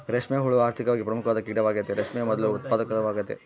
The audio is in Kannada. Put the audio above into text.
ರೇಷ್ಮೆ ಹುಳ ಆರ್ಥಿಕವಾಗಿ ಪ್ರಮುಖವಾದ ಕೀಟವಾಗೆತೆ, ರೇಷ್ಮೆಯ ಮೊದ್ಲು ಉತ್ಪಾದಕವಾಗೆತೆ